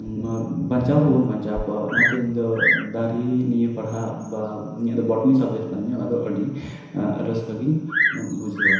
ᱵᱟᱧᱪᱟᱣ ᱦᱚᱸ ᱵᱟᱵᱚᱱ ᱵᱟᱧᱪᱟᱣ ᱠᱚᱜᱼᱟ ᱚᱱᱟ ᱛᱮ ᱤᱧ ᱫᱚ ᱫᱟᱨᱮ ᱱᱤᱭᱮ ᱯᱟᱲᱦᱟᱜ ᱤᱧᱟᱹᱜ ᱫᱚ ᱵᱳᱴᱟᱱᱤ ᱥᱟᱵᱡᱮᱠᱴ ᱠᱟᱱ ᱛᱤᱧᱟᱹ ᱚᱱᱟ ᱛᱮ ᱟᱹᱰᱤ ᱨᱟᱹᱥᱠᱟᱹ ᱜᱤᱧ ᱵᱩᱡᱷᱟᱹᱣᱟ